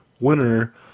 winner